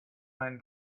mind